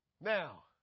Now